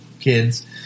kids